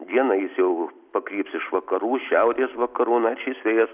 dieną jis jau pakryps iš vakarų šiaurės vakarų na ir šis vėjas